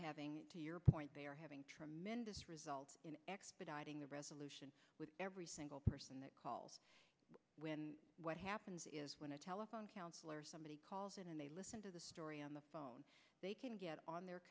having to your point they are having tremendous results in expediting the resolution with every single person that calls what happens is when a telephone counselor or somebody calls in and they listen to the story on the phone they can get on their